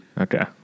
Okay